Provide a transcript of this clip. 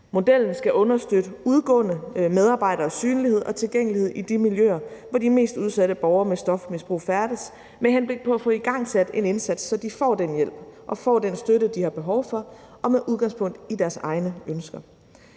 Modellen skal understøtte udgående medarbejderes synlighed og tilgængelighed i de miljøer, hvor de mest udsatte borgere med stofmisbrug færdes, med henblik på at få igangsat en indsats, så de får den hjælp og får den støtte, de har behov for, og med udgangspunkt i deres egne ønsker.